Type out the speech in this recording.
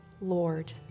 Lord